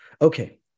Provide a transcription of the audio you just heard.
Okay